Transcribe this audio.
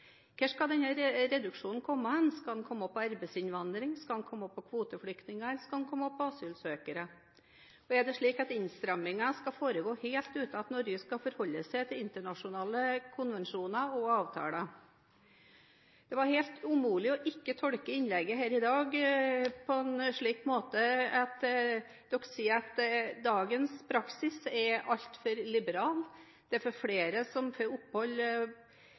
Hvor skal denne reduksjonen tas? Skal den tas på feltet arbeidsinnvandring? Skal den tas på feltet kvoteflyktninger, eller skal den tas på feltet asylsøkere? Og er det slik at innstrammingen skal foregå helt uten at Norge skal forholde seg til internasjonale konvensjoner og avtaler? Det var helt umulig ikke å tolke innlegget her i dag på den måten at han sier at dagens praksis er altfor liberal, det er flere som får opphold